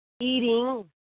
eating